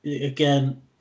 again